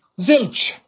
Zilch